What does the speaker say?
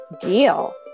Deal